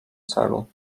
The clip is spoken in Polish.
celu